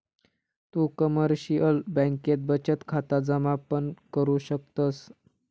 तु कमर्शिअल बँकेत बचत खाता जमा पण करु शकतस